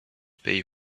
pay